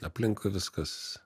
aplinkui viskas